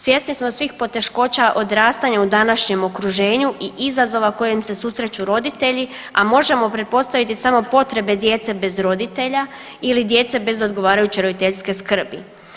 Svjesni smo svih poteškoća odrastanja u današnjem okruženju i izazova kojim se susreću roditelji, a možemo pretpostaviti samo potrebe djece bez roditelja ili djece bez odgovarajuće roditeljske skrbi.